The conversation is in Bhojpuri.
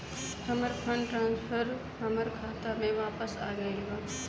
हमर फंड ट्रांसफर हमर खाता में वापस आ गईल बा